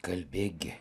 kalbėk gi